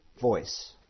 voice